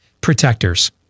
protectors